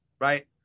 Right